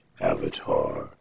avatar